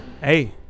Hey